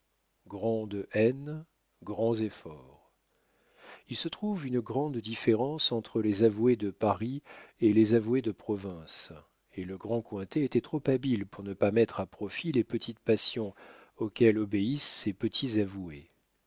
grande haine grands efforts il se trouve une grande différence entre les avoués de paris et les avoués de province et le grand cointet était trop habile pour ne pas mettre à profit les petites passions auxquelles obéissent ces petits